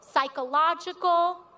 psychological